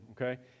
okay